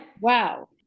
Wow